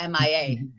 MIA